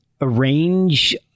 Arrange